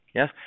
Yes